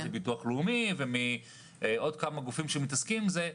לביטוח לאומי ומעוד כמה גופים שמתעסקים בזה,